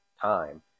time